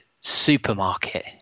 supermarket